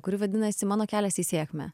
kuri vadinasi mano kelias į sėkmę